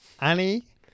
Annie